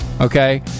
Okay